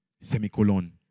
semicolon